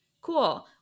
cool